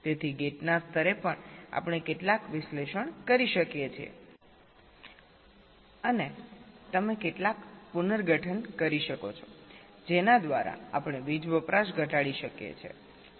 તેથી ગેટના સ્તરે પણ આપણે કેટલાક વિશ્લેષણ કરી શકીએ છીએ અને તમે કેટલાક પુનર્ગઠન કરી શકો છો જેના દ્વારા આપણે વીજ વપરાશ ઘટાડી શકીએ છીએ